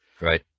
Right